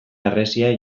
harresia